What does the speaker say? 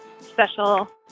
special